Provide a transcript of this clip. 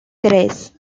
tres